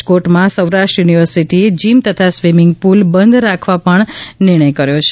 રાજકોટમાં સૌરાષ્ટ્ર યુનિવર્સિટીએ જિમ તથા સ્વિમિંગ પુલ બંધ રાખવા નિર્ણય કર્યો છે